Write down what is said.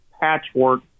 patchwork